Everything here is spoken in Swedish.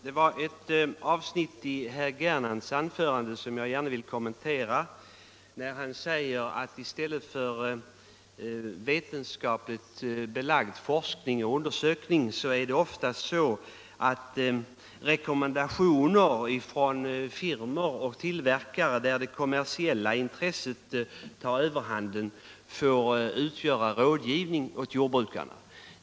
Herr talman! Det är ett avsnitt i herr Gernandts anförande som jag gärna vill kommentera. Herr Gernandt säger att i stället för vetenskapligt belagd forskning och undersökning är det ofta rekommendationer från firmor och tillverkare, där det kommersiella intresset tar överhand, som får utgöra rådgivning åt jordbrukarna.